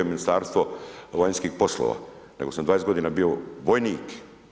Ministarstvo vanjskih poslova, nego sam 20 godina bio vojnik.